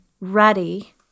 ready